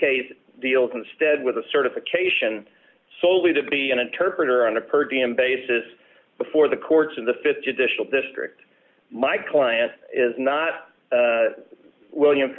case deals instead with a certification solely to be an interpreter on a per diem basis before the courts and the th judicial district my client is not william